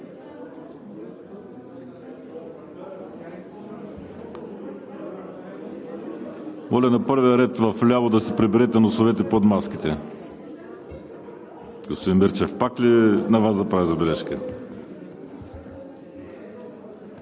Моля на първия ред да си приберете носовете под маската. Господин Мирчев, пак ли на Вас да правя забележка.